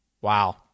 wow